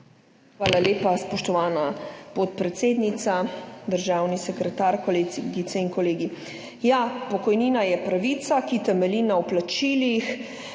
Hvala lepa, spoštovana podpredsednica. Državni sekretar, kolegice in kolegi! Ja, pokojnina je pravica, ki temelji na vplačilih,